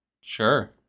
Sure